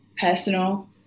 personal